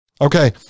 okay